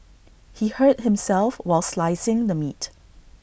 he hurt himself while slicing the meat